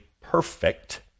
perfect